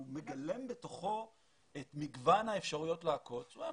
לא נאמר את שמו לפרוטוקול - שהוא דוגמה מצוינת